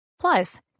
Plus